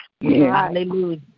Hallelujah